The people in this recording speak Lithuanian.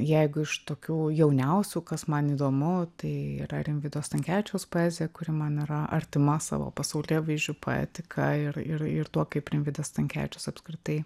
jeigu iš tokių jauniausių kas man įdomu tai yra rimvydo stankevičiaus poezija kuri man yra artima savo pasaulėvaizdžiu poetika ir ir ir tuo kaip rimvydas stankevičius apskritai